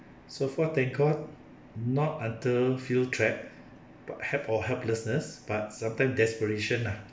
so far thank god not until feel trapped but help or helplessness but sometimes desperation ah